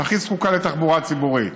שהכי זקוקה לתחבורה ציבורית.